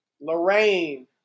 Lorraine